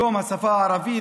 יום השפה הערבית,